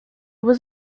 was